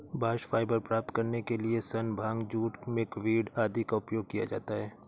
bast fibre प्राप्त करने के लिए सन, भांग, जूट, मिल्कवीड आदि का उपयोग किया जाता है